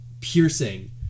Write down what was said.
piercing